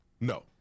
No